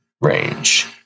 range